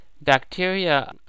bacteria